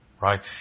Right